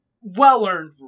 well-earned